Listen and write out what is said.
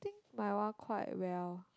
I think my one quite well